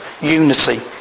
unity